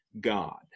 God